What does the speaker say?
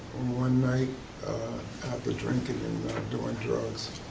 one night after drinking doing drugs.